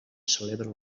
celebra